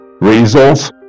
results